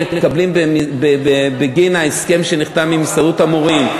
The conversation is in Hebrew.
מקבלים בגין ההסכם שנחתם עם הסתדרות המורים,